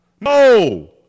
No